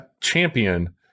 champion